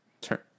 turn